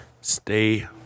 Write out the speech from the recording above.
stay